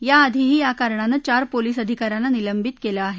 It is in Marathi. याआधीही या कारणानं चार पोलीस अधिका यांना निलंबित केलं आहे